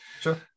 Sure